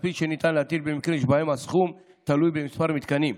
הכספי שניתן להטיל במקרים שבהם הסכום תלוי במספר מתקנים,